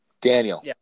Daniel